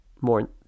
more